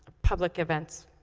public events